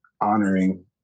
honoring